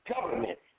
government